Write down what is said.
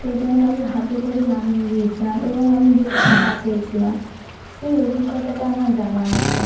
সেই জন্য আমি হাতে করে নামিয়ে দিয়েছিলাম এবং আমি জোর ছ্যাঁকা খেয়েছিলাম সেই অভিজ্ঞতাটা আমার জানা আছে